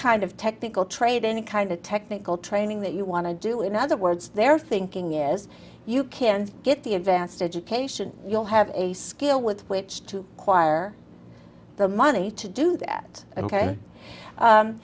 kind of technical trade or any kind of technical training that you want to do in other words their thinking is you can get the advanced education you'll have a skill with which to choir the money to do that ok